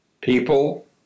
People